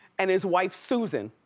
and his wife, susan,